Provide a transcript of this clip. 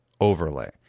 overlay